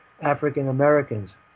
African-Americans